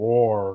War